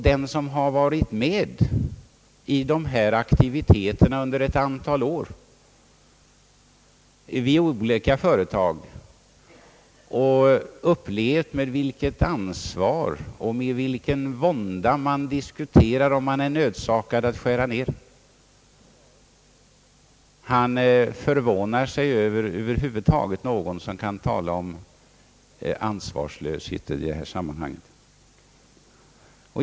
Den som har varit med i dessa aktiviteter under ett antal år vid olika företag och har upplevt med vilket ansvar och med vilken vånda företagsledningen diskuterar om den är nödsakad att skära ned förmånerna förvånar sig över att någon över huvud taget kan tala om ansvarslöshet i detta sammanhang.